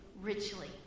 richly